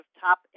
top